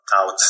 out